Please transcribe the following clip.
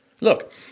Look